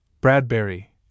Bradbury